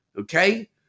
okay